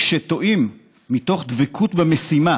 וכשטועים מתוך דבקות במשימה